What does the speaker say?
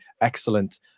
excellent